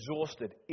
exhausted